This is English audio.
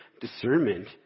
Discernment